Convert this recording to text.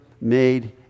made